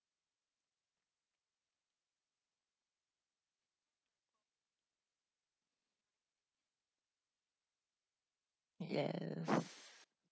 yes